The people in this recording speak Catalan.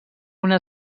una